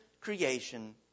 creation